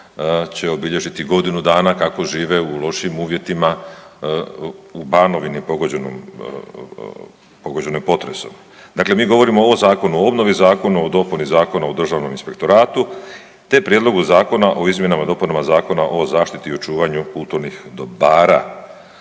će obilježiti godinu dana kako žive u lošim uvjetima u Banovini pogođenom, pogođenom potresom. Dakle, mi govorimo o Zakonu o obnovi, Zakonu o dopuni Zakona o Državnom inspektoratu te prijedlogu Zakona o izmjenama i dopuni Zakona o zaštiti i očuvanju kulturnih dobara.